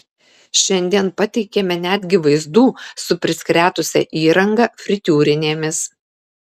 šiandien pateikėme netgi vaizdų su priskretusia įranga fritiūrinėmis